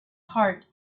heart